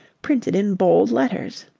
printed in bold letters